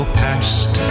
past